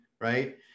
right